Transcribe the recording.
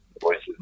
Voices